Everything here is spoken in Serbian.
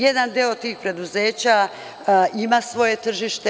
Jedan deo tih preduzeća ima svoje tržište.